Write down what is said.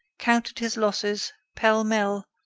counted his losses, pell-mell,